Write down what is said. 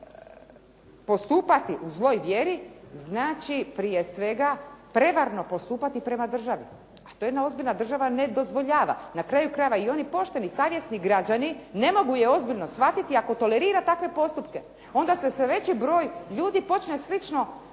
postupati u zloj vjeri znači prije svega prevarno postupati prema državi, a to jedna ozbiljna država ne dozvoljava. Na kraju krajeva i oni pošteni savjesni građani ne mogu je ozbiljno shvatiti ako tolerira takve postupke. Onda se sve veći broj ljudi počne slično